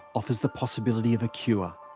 offers the possibility of a cure.